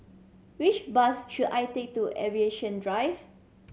which bus should I take to Aviation Drive